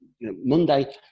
Monday